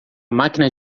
máquina